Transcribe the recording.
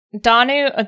Danu